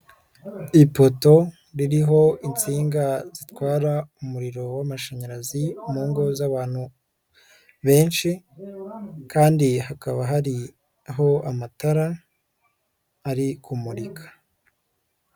Ipoto ririho insinga zitwara umuriro w'amashanyarazi mu ngo z'abantu benshi kandi hakaba hariho amatara ari kumurika.